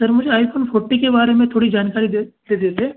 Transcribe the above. sir मुझे iPhone forty के बारे में थोड़ी जानकारी दे देते